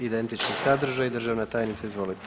Identični sadržaj, državna tajnice, izvolite.